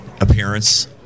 appearance